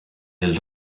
del